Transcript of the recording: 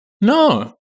No